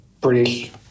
British